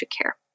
care